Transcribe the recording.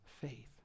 faith